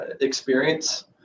experience